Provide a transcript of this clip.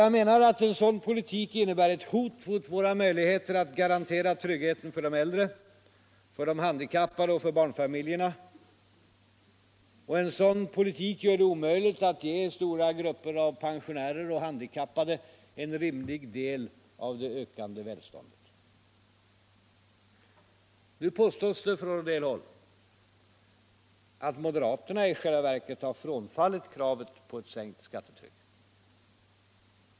Jag menar att en sådan politik innebär ett hot mot våra möjligheter att garantera tryggheten för de äldre, för de handikappade och för barnfamiljerna. Och en sådan politik gör det omöjligt att ge stora grupper av pensionärer och handikappade en rimlig del av det ökande välståndet. Nu påstås från en del håll att moderaterna frånfallit kravet på ett sänkt skattetryck.